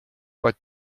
but